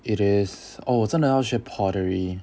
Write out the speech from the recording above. it is eh 我真的要学 pottery